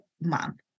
month